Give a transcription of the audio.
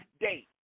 date